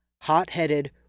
Hot-headed